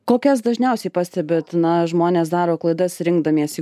kokias dažniausiai pastebit na žmonės daro klaidas rinkdamiesi